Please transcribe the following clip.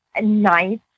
nice